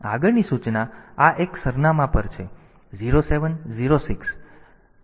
તેથી આગળની સૂચના આ એક સરનામાં પર છે 0 7 0 6 આ 0 7 0 6 છે